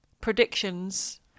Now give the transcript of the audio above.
predictions